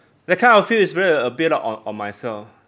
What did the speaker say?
that kind of feel is very a build up on on myself